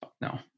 No